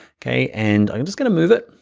okay? and i'm just going to move it.